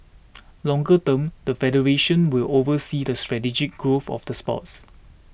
longer term the federation will oversee the strategic growth of the sports